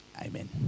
Amen